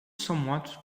somewhat